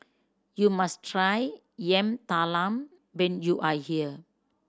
you must try Yam Talam when you are here